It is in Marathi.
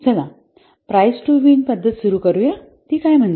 चला प्राईस टू विण पद्धत सुरू करू या ती काय म्हणते